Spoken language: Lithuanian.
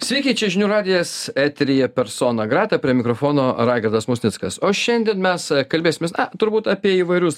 sveiki čia žinių radijas eteryje persona grata prie mikrofono raigardas musnickas o šiandien mes kalbėsimės turbūt apie įvairius